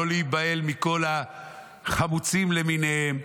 לא להיבהל מכל החמוצים למיניהם.